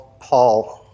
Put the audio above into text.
Paul